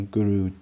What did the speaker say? Guru